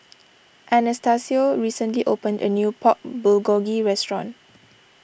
Anastacio recently opened a new Pork Bulgogi restaurant